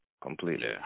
completely